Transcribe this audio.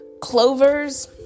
clovers